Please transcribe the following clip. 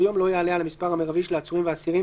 יום לא יעלה על המספר המרבי של העצורים והאסירים